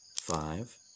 five